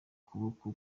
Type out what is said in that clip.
kuboko